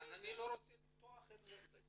אז אני לא רוצה לפתוח את זה.